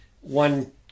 one